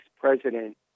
president